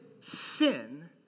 sin